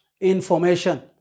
information